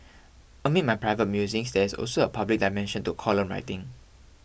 amid my private musings there's also a public dimension to column writing